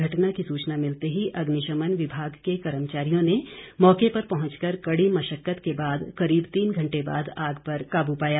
घटना की सूचना मिलते ही अग्निशमन विभाग के कर्मचारियों ने मौके पर पहुंच कर कड़ी मशक्कत के बाद करीब तीन घंटे बाद आग पर काबू पाया